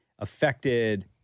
affected